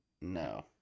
No